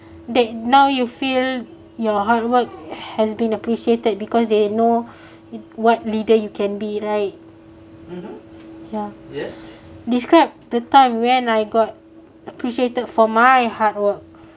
that now you feel your hard work has been appreciated because they know what leader you can be right ya describe the time when I got appreciated for my hard work